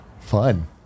Fun